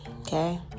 okay